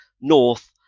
north